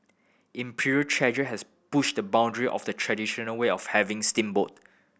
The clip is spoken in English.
Imperial Treasure has pushed the boundary of the traditional way of having steamboat